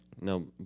No